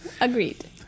Agreed